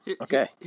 Okay